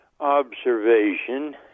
Observation